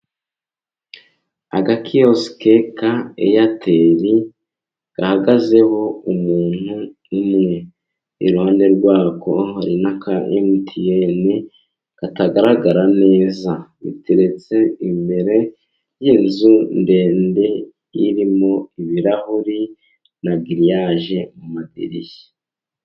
Agakiyosike ka airtel gahagazeho umuntu umwe. Iruhande rwako hari n'aka MTN katagaragara neza. Biteretse imbere y'inzu ndende irimo ibirahuri na giriyage mu madirishya.